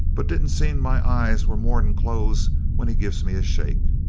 but didn't seem my eyes were more'n close when he gives me a shake.